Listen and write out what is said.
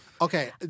Okay